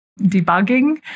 debugging